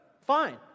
Fine